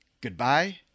Goodbye